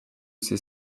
ces